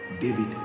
David